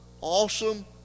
awesome